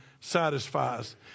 satisfies